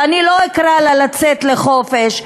ואני לא אקרא לה לצאת לחופש,